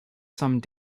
some